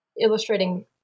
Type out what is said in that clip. illustrating